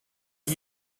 das